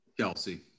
Kelsey